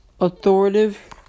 authoritative